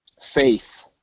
faith